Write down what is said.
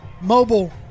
mobile